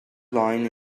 line